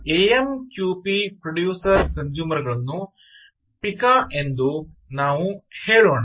AMQP producer consumer ಗಳನ್ನು Pika ಎಂದು ನಾವು ಹೇಳೋಣ